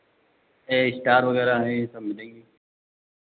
ये स्टार वगैरह हैं ये सब मिलेगी